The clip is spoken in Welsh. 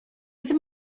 ddim